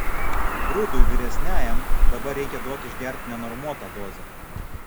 brudui vyresniajam dabar reikia duot išgert nenormuotą dozę